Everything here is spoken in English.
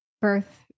birth